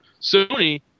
Sony